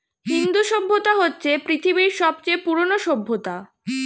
হিন্দু সভ্যতা হচ্ছে পৃথিবীর সবচেয়ে পুরোনো সভ্যতা